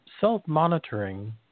self-monitoring